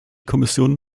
kommission